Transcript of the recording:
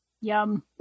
yum